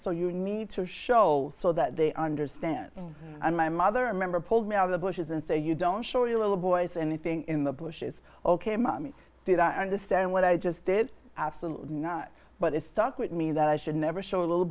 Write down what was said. so you need to show so that they understand and my mother remember pulled me out of the bushes and say you don't show your little boys anything in the bush is ok mommy did i understand what i just did absolutely not but it stuck with me that i should never show a little